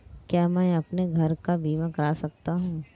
क्या मैं अपने घर का बीमा करा सकता हूँ?